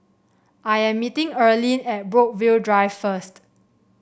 I am meeting Earlene at Brookvale Drive first